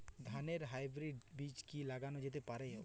ধানের হাইব্রীড বীজ কি লাগানো যেতে পারে?